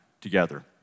together